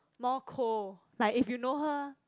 more cold like if you know her